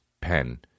pen